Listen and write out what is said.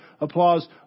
applause